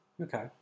Okay